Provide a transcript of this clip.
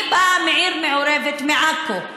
אני באה מעיר מעורבת, מעכו.